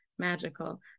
magical